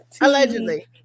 allegedly